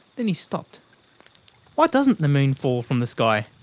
then he stopped why doesn't the moon fall from the sky?